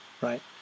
right